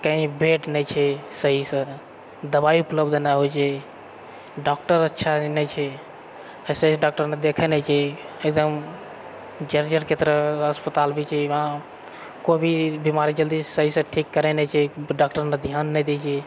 कही बेड नहि छै सहीसँ दबाइ उपलब्ध नहि होइत छै डॉक्टर अच्छा नहि छै ऐसे ही डॉक्टर देखैत नहि छै एगदम जर्जरके तरह अस्पताल भी छै कोइ भी बीमारी जल्दी सहीसँ ठीक करैत नहि छै डॉक्टर ध्यान नहि दए छै